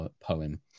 poem